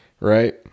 Right